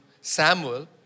Samuel